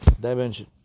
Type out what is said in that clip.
dimension